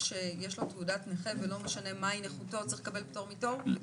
שיש לו תעודת נכה ולא משנה מהי נכותו צריך לקבל פטור מתור?